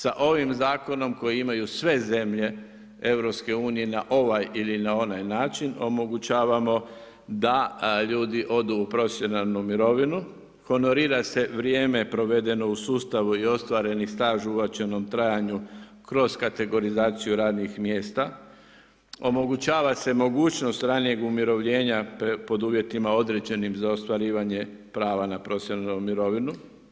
Sa ovim zakonom koji imaju sve zemlje EU, na ovaj ili na onaj način, omogućavamo, da ljudi odu u profesionalnu mirovinu, honorira se vrijeme provedeno u sustavu i ostvareni staž uvećanom trajanju kroz kategorizaciju radnih mjesta, omogućava se mogućnost ranijih umirovljena pod uvjetima određenim za ostvarivanje prava na profesionalnu mirovinu.